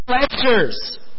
pleasures